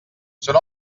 són